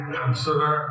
consider